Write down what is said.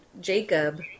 Jacob